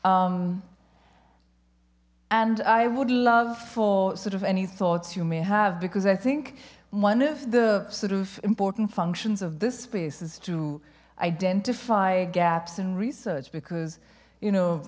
etc and i would love for sort of any thoughts you may have because i think one of the sort of important functions of this space is to identify gaps in research because you know